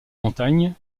montagnes